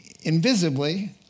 invisibly